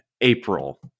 April